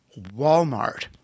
Walmart